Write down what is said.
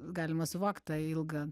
galima suvokt tą ilgą